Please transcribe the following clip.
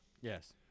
yes